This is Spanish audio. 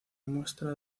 muestra